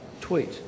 tweet